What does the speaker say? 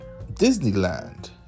disneyland